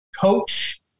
coach